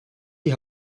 die